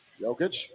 Jokic